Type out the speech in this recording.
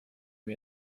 wir